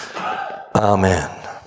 Amen